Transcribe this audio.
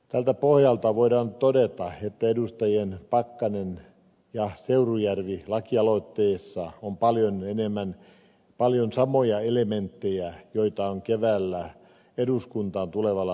tältä pohjalta voidaan todeta että edustajien pakkanen ja seurujärvi lakialoitteessa on paljon samoja elementtejä kuin on keväällä eduskuntaan tulevassa lakiesityksessä